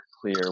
clear